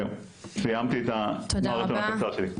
זהו סיימתי את המרתון הקצר שלי.